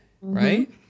right